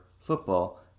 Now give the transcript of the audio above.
football